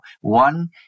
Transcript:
One